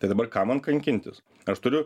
tai dabar kam man kankintis aš turiu